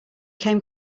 came